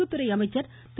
கு துறை அமைச்சர் திரு